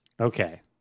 okay